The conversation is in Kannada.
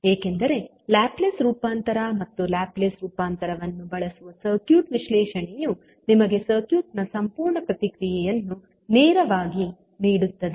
ಏಕೆಂದರೆ ಲ್ಯಾಪ್ಲೇಸ್ ರೂಪಾಂತರ ಮತ್ತು ಲ್ಯಾಪ್ಲೇಸ್ ರೂಪಾಂತರವನ್ನು ಬಳಸುವ ಸರ್ಕ್ಯೂಟ್ ವಿಶ್ಲೇಷಣೆಯು ನಿಮಗೆ ಸರ್ಕ್ಯೂಟ್ ನ ಸಂಪೂರ್ಣ ಪ್ರತಿಕ್ರಿಯೆಯನ್ನು ನೇರವಾಗಿ ನೀಡುತ್ತದೆ